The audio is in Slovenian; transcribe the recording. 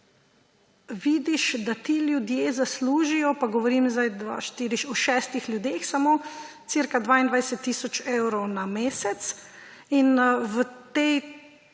vidiš, da ti ljudje zaslužijo – pa govorim o šestih ljudeh samo – okoli 22 tisoč evrov na mesec, in v tej